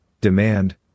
demand